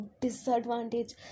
disadvantage